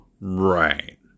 Right